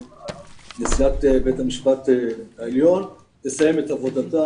נשיאת בית המשפט העליון, תסיים את עבודתה.